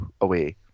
away